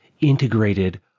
integrated